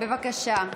בבקשה.